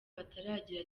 batagira